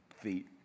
feet